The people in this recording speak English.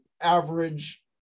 average